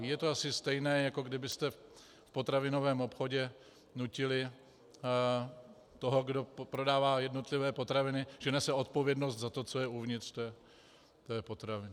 Je to asi stejné, jako kdybyste v potravinovém obchodě nutili toho, kdo prodává jednotlivé potraviny, že nese odpovědnost za to, co je uvnitř potraviny.